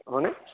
হয়নে